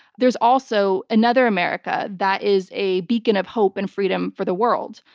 there's also another america that is a beacon of hope and freedom for the world.